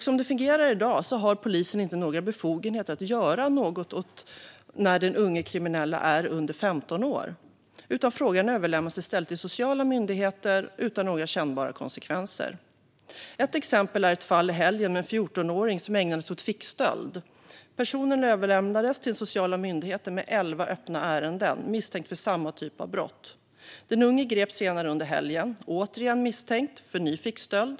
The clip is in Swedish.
Som det fungerar i dag har polisen inte några befogenheter att göra något när kriminella är under 15 år. De överlämnas i stället till sociala myndigheter utan några kännbara konsekvenser. Ett exempel är ett fall i helgen. Det var en 14-åring som ägnade sig åt fickstöld. Personen överlämnades till den sociala myndigheten. Det fanns elva öppna ärenden, och personen var misstänkt för samma typ av brott. Den unge greps återigen senare under helgen, misstänkt för en ny fickstöld.